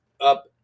up